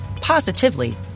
positively